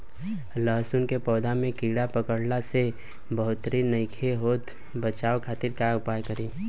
लहसुन के पौधा में कीड़ा पकड़ला से बढ़ोतरी नईखे होत बचाव खातिर का उपाय करी?